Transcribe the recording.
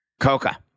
Coca